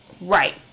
right